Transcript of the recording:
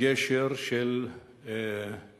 גשר של מפגשים